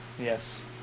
Yes